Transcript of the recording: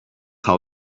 how